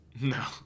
No